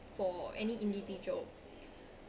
for any individual